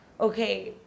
okay